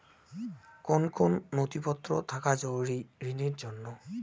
কোন কোন নথিপত্র থাকা জরুরি ঋণের জন্য?